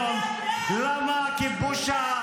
ולא יראו אותך יותר.